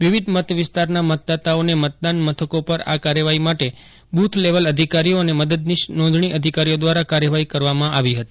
વિવિધ મત વિસ્તારના મતદાતાઓને મતદાન મથકો પર આ કાર્યવાહી માટે બુથ લેવલ અધિકારીઓ અને મનદદનીશ નોંધણી અધિકારીઓ દ્વારા કાર્યવાહી કરવામાં આવી હતી